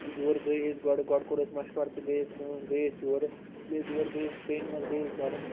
یور گٔے أسۍ گۄڈٕ گۄڈٕ کوٚر اَسہِ مَشوَر تہٕ گٔے حظ کٲم گٔے أسۍ یورٕ ییٚلہِ أسۍ یورٕ گٔے أسۍ ٹرٛینہِ منٛز گٔے أسۍ گۄڈٕ